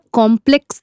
complex